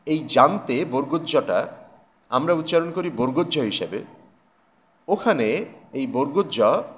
এই জামতে জ টা আমরা উচ্চারণ করি বরগোজ্জ হিসাবে ওখানে এই বরগীয়জ